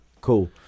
Cool